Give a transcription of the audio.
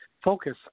Focus